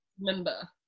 remember